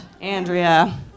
Andrea